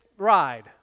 ride